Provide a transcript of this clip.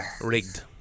rigged